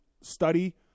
study